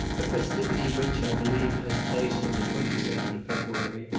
a festivity which, i believe, has place on the twenty second of february,